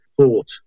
thought